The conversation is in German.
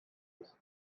muss